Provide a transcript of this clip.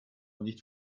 nicht